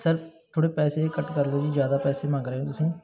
sir ਥੋੜ੍ਹੇ ਪੈਸੇ ਘੱਟ ਕਰ ਲਓ ਜੀ ਜ਼ਿਆਦਾ ਪੈਸੇ ਮੰਗ ਰਹੇ ਹੋ ਤੁਸੀਂ